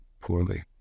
poorly